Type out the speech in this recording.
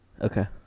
Okay